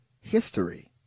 history